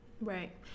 Right